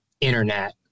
internet